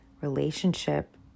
relationship